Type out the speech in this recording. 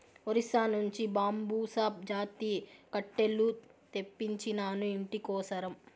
ఒరిస్సా నుంచి బాంబుసా జాతి కట్టెలు తెప్పించినాను, ఇంటి కోసరం